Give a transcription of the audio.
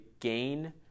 gain